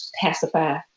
pacify